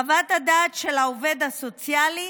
חוות הדעת של העובד הסוציאלי